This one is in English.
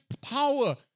power